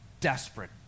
Desperate